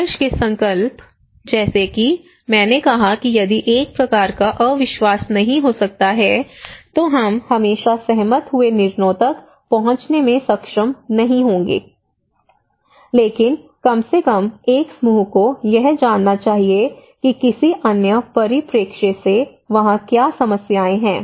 संघर्ष के संकल्प जैसा कि मैंने कहा कि यदि एक प्रकार का अविश्वास नहीं हो सकता है तो हम हमेशा सहमत हुए निर्णयों तक पहुंचने में सक्षम नहीं होंगे लेकिन कम से कम एक समूह को यह जानना चाहिए कि किसी अन्य परिप्रेक्ष्य से वहाँ क्या समस्याएं हैं